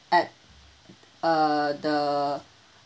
at uh the